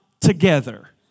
together